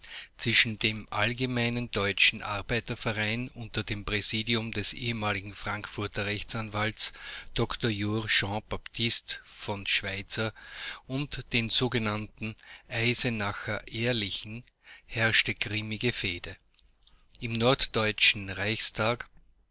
zwischen dem allgemeinen deutschen arbeiter verein unter dem präsidium des ehemaligen frankfurter rechtsanwalts dr jur jean baptiste v schweitzer und den sogenannten eisenacher ehrlichen herrschte grimmige fehde im norddeutschen reichstag